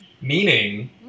Meaning